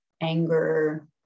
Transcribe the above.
anger